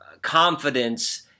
Confidence